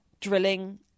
drilling